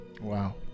wow